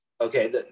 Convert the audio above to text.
Okay